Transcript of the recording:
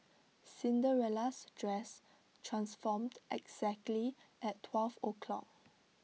Cinderella's dress transformed exactly at twelve o'clock